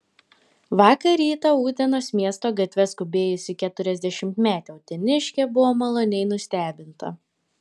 vakar rytą utenos miesto gatve skubėjusi keturiasdešimtmetė uteniškė buvo maloniai nustebinta